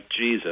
Jesus